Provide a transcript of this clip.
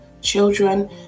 children